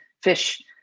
fish